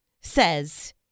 says